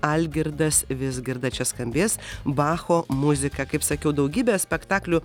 algirdas vizgirda čia skambės bacho muzika kaip sakiau daugybę spektaklių